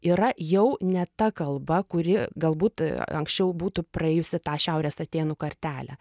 yra jau ne ta kalba kuri galbūt anksčiau būtų praėjusi tą šiaurės atėnų kartelę